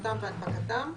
ספירתם והנפקתם,